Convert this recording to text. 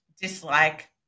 dislike